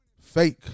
fake